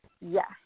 Yes